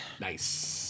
Nice